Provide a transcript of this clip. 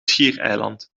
schiereiland